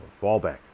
Fallback